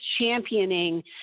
championing